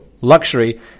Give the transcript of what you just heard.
luxury